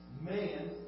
man